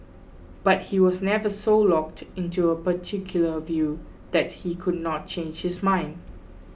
but he was never so locked in to a particular view that he could not change his mind